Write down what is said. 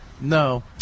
No